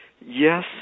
yes